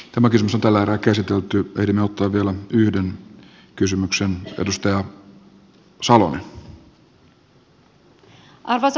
tämä kysymys on tällä erää käsitelty vedenottoa vielä yhden kysymyksen arvoisa puhemies